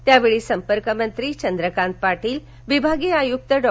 यावेळी संपर्कमंत्री चंद्रकांत पार्टील विभागीय आयुक्त डॉ